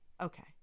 okay